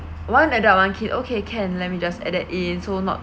one adult one kid okay can let me just add that in so not